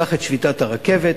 קח את שביתת הרכבת,